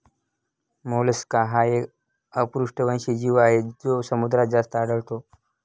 Mollusca हा एक अपृष्ठवंशी जीव आहे जो समुद्रात जास्त आढळतो